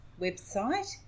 website